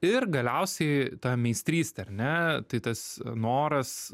ir galiausiai ta meistrystė ar ne tai tas noras